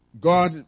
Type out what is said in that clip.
God